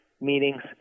meetings